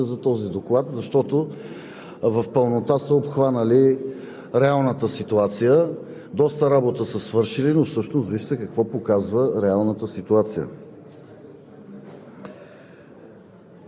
Ще Ви зачета някои числа, които ги има в Доклада – не ги казвам аз. Първо, поздравявам хората, които са правили анкетите за този доклад, защото в пълнота са обхванали